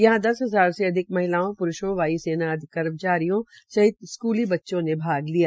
यहां दस हजार से अधिक महिलाओंप्रूषों वाय् सेना के कर्मचारियों सहित स्कूली बच्चों ने भाग लिया